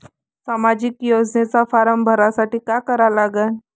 सामाजिक योजनेचा फारम भरासाठी का करा लागन?